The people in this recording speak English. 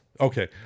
okay